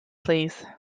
please